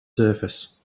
surface